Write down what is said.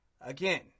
Again